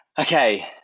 okay